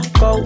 go